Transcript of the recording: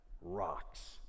rocks